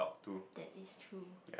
that is true